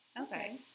Okay